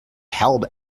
held